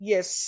Yes